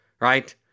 right